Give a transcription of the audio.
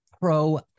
pro-